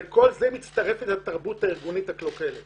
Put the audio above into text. לכל זה מצטרפת תרבות ארגונית קלוקלת